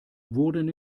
wurden